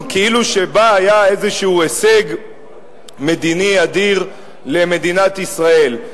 כאילו שבה היה איזה הישג מדיני אדיר למדינת ישראל.